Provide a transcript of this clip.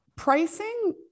Pricing